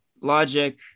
logic